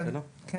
כן.